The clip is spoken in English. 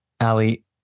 Ali